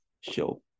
show